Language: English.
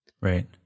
right